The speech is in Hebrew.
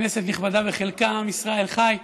כנסת נכבדה, בחלקה, עם ישראל חי.